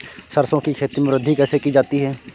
सरसो की खेती में वृद्धि कैसे की जाती है?